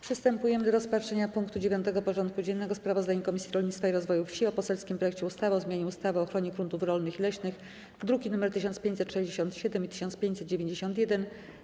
Przystępujemy do rozpatrzenia punktu 9. porządku dziennego: Sprawozdanie Komisji Rolnictwa i Rozwoju Wsi o poselskim projekcie ustawy o zmianie ustawy o ochronie gruntów rolnych i leśnych (druki nr 1567 i 1591)